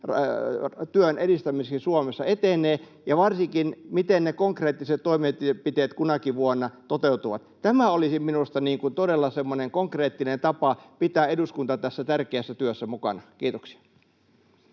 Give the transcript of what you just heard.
työn edistämiseksi Suomessa etenee, ja varsinkin, miten ne konkreettiset toimenpiteet kunakin vuonna toteutuvat. Tämä olisi minusta todella semmoinen konkreettinen tapa pitää eduskunta tässä tärkeässä työssä mukana. — Kiitoksia.